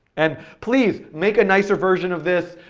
and please make a nicer version of this,